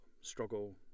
struggle